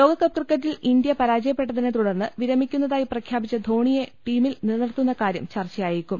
ലോകകപ്പ് ക്രിക്കറ്റിൽ ഇന്ത്യ പരാജയപ്പെട്ടതിനെ തുടർന്ന് വിരമിക്കുന്നതായി പ്രഖ്യാപിച്ച ധോണിയെ ടീമിൽ നില നിർത്തുന്ന കാര്യം ചർച്ചയായേക്കും